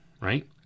right